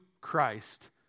Christ